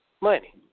money